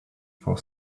for